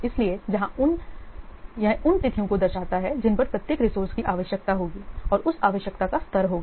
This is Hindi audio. इसलिए जहां यह उन तिथियों को दर्शाता है जिन पर प्रत्येक रिसोर्स की आवश्यकता होगी और उस आवश्यकता का स्तर होगा